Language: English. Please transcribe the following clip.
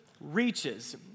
reaches